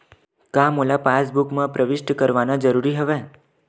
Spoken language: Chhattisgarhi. का मोला पासबुक म प्रविष्ट करवाना ज़रूरी हवय?